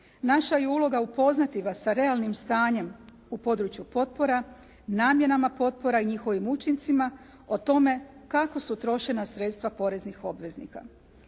Naša je uloga upoznati vas sa realnim stanjem u području potpora, namjenama potpora i njegovim učincima, o tome kako su trošena sredstva poreznih obveznika.